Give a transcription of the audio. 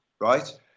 right